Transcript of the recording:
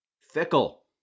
Fickle